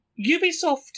Ubisoft